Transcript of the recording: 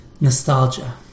Nostalgia